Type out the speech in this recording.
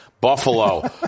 Buffalo